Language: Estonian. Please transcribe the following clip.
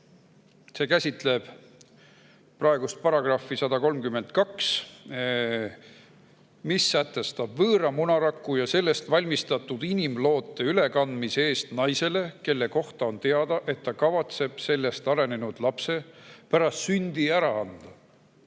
See käsitleb § 132, millega sätestatakse, et võõra munaraku ja sellest valmistatud inimloote ülekandmise eest naisele, kelle kohta on teada, et ta kavatseb sellest arenenud lapse pärast sündi ära anda,